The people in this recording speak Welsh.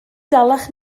dalach